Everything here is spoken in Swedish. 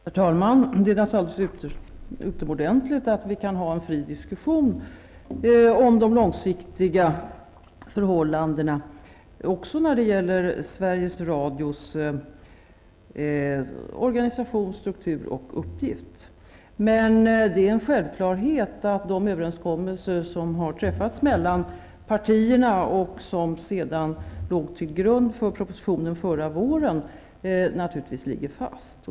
Herr talman! Det är naturligtvis alldeles utomordentligt att vi kan ha en fri diskussion om de långsiktiga förhållandena också när det gäller Men det är en självklarhet att de överenskommelser som har träffats mellan partierna och som sedan utgjorde grunden för propositionen förra våren ligger fast.